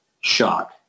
shock